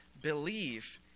believe